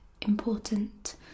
important